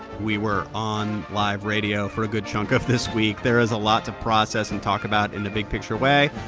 we were on live radio for a good chunk of this week. there is a lot to process and talk about in a big-picture way.